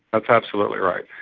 that's absolutely right.